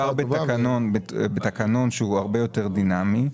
מדובר בתקנון שהוא הרבה יותר דינמי.